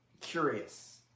curious